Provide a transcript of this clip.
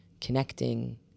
connecting